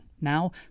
Now